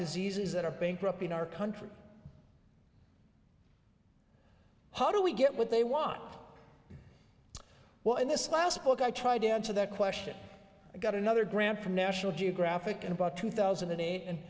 diseases that are bankrupting our country how do we get what they want well in this last book i tried to answer that question i got another grant from national geographic in about two thousand and eight and